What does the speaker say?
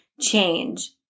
change